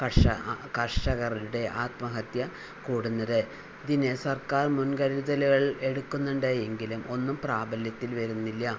കർഷക കർഷകരുടെ ആത്മഹത്യ കൂടുന്നത് ഇതിന് സർക്കാർ മുൻകരുതലുകൾ എടുക്കുന്നുണ്ട് എങ്കിലും ഒന്നും പ്രാബല്യത്തിൽ വരുന്നില്ല